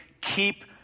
Keep